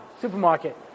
supermarket